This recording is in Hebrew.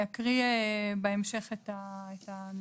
אקריא בהמשך את הנוסח.